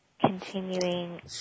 continuing